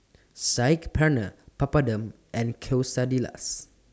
Saag Paneer Papadum and Quesadillas